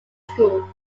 school